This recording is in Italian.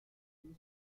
liceo